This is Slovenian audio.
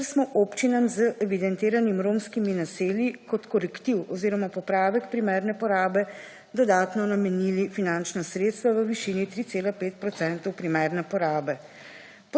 kjer smo občinam z evidentiranimi romskimi naselji, kot korektiv oziroma popravek primerne porabe, dodatno namenili finančna sredstva v višini 3,5 procentov primerne porabe.